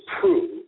prove